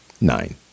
nine